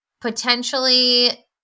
potentially